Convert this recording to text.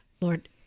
Lord